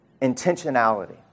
intentionality